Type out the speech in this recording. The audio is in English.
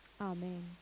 Amen